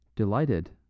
Delighted